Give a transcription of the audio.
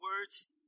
words